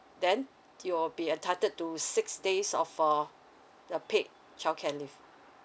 then you will be entitled to six days of for a the paid childcare leave